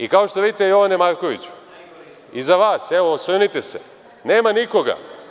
I kao što vidite, Jovane Markoviću, iza vas, osvrnite se, nema nikoga.